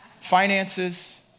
finances